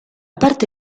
parte